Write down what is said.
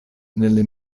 nelle